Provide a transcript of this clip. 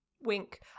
wink